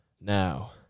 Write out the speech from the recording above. Now